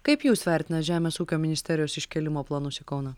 kaip jūs vertinat žemės ūkio ministerijos iškėlimo planus į kauną